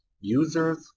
users